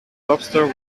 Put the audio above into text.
lobster